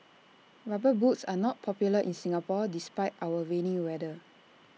rubber boots are not popular in Singapore despite our rainy weather